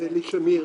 אלי שמיר.